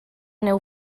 neu